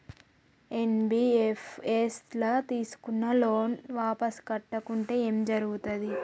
NBFS ల తీస్కున్న loan వాపస్ కట్టకుంటే ఏం జర్గుతది?